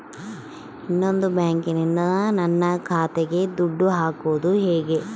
ಇನ್ನೊಂದು ಬ್ಯಾಂಕಿನಿಂದ ನನ್ನ ಖಾತೆಗೆ ದುಡ್ಡು ಹಾಕೋದು ಹೇಗೆ?